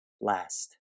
last